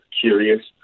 curious